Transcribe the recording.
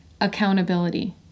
accountability